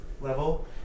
level